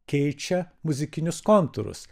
keičia muzikinius kontūrus